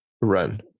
run